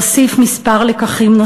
להוסיף כמה לקחים,